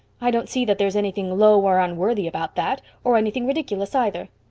i don't see that there's anything low or unworthy about that, or anything ridiculous either.